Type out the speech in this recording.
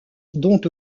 dont